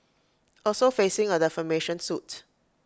also facing A defamation suit